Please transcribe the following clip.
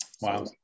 Wow